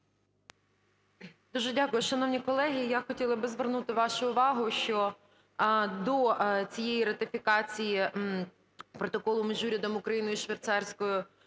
Дуже дякую. Шановні колеги, я хотіла би звернути вашу увагу, що до цієї ратифікації Протоколу між Урядом України і Швейцарською